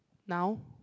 now